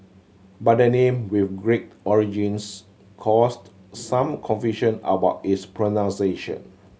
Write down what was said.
but the name with Greek origins caused some confusion about its pronunciation